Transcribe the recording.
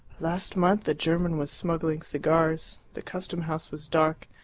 last month a german was smuggling cigars. the custom-house was dark.